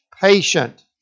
patient